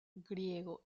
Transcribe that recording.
griego